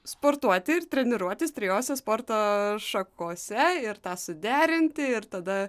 sportuoti ir treniruotis trijose sporto šakose ir tą suderinti ir tada